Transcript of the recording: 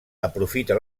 aprofita